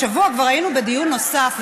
השבוע כבר היינו בדיון נוסף,